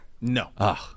No